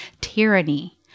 tyranny